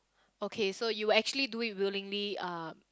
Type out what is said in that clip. okay so you would actually do it willingly uh